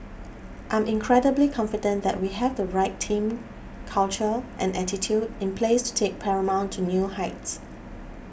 I'm incredibly confident that we have the right team culture and attitude in place to take Paramount to new heights